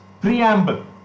preamble